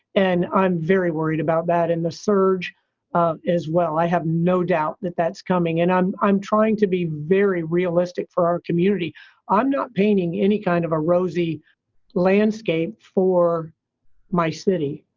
and i'm very worried about that in the surge as well. i have no doubt that that's coming. and i'm i'm trying to be very realistic for our community i'm not painting any kind of a rosy landscape for my city.